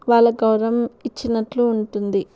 వాళ్ళ గౌరవం ఇచ్చినట్లు ఉంటుంది